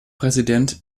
präsident